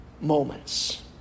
moments